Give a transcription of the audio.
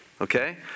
Okay